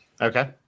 Okay